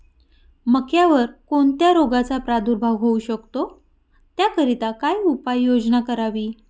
मक्यावर कोणत्या रोगाचा प्रादुर्भाव होऊ शकतो? त्याकरिता काय उपाययोजना करावी?